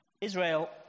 Israel